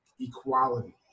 equality